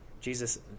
Jesus